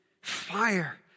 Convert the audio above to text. fire